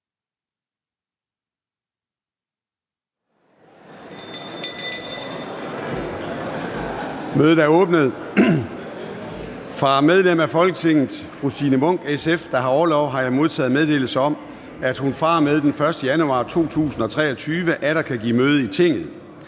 Mødet er åbnet. Fra medlem af Folketinget Signe Munk (SF), der har orlov, har jeg modtaget meddelelse om, at hun fra og med den 1. januar 2023 atter kan give møde i Tinget.